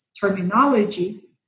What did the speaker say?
terminology